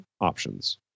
options